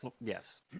yes